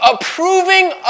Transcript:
approving